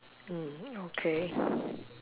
mm okay